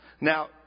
Now